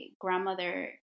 grandmother